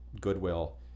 Goodwill